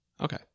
Okay